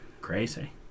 Crazy